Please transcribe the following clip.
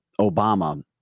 Obama